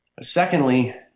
Secondly